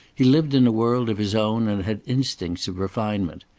he lived in a world of his own and had instincts of refinement.